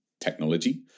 technology